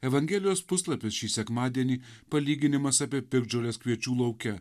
evangelijos puslapius šį sekmadienį palyginimas apie piktžoles kviečių lauke